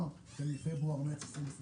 פברואר מרץ 2021